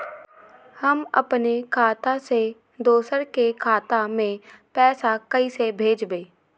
हम अपने खाता से दोसर के खाता में पैसा कइसे भेजबै?